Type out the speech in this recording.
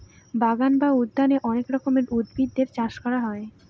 বাগান বা উদ্যানে অনেক রকমের উদ্ভিদের চাষ করা হয়